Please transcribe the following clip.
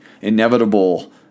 inevitable